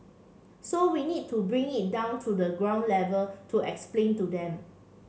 so we need to bring it down to the ground level to explain to them